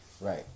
Right